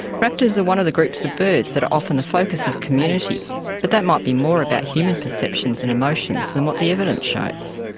raptors are one of the groups of birds that are often the focus of community but that might be more about human perceptions and emotions than what the evidence shows.